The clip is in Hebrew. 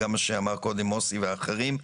וגם מה שאמר קודם מוסי ואחרים,